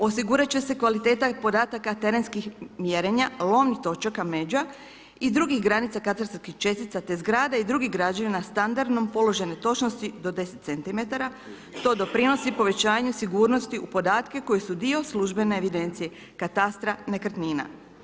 Osigurat će se kvaliteta i podataka terenskih mjerenja, ... točaka međa i drugih granica katastarskih čestica te zgrada i drugih građevina standardnim položajem točnosti do 10 cm što doprinosi povećanju sigurnosti u podatke koji su dio službene evidencije katastra nekretnina.